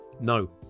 no